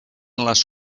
les